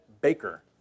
baker